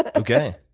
ah okay.